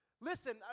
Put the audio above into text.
Listen